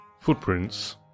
Footprints